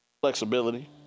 Flexibility